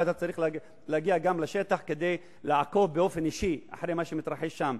ואתה צריך להגיע גם לשטח כדי לעקוב באופן אישי אחרי מה שמתרחש שם.